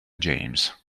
james